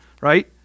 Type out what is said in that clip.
Right